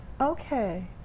Okay